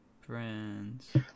Friends